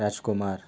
Rajkumar